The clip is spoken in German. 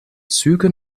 züge